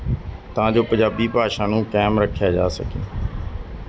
ਤਾਂ ਜੋ ਪੰਜਾਬੀ ਭਾਸ਼ਾ ਨੂੰ ਕਾਇਮ ਰੱਖਿਆ ਜਾ ਸਕੇ